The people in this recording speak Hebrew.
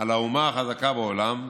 על האומה החזקה בעולם.